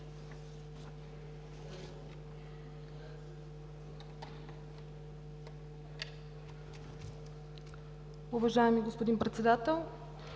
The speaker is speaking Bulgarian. Уважаеми господин Председател,